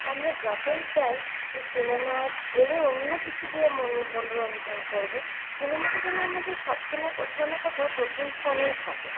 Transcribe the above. আমরা যতই চাই যে সিনেমা ছেড়ে অন্য কিছু দিয়ে মন মনোরঞ্জন করবো সিনেমাটা যেন আমাদের সবসময় কোথাও না কোথাও প্রথম স্থানেই থাকে